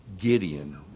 Gideon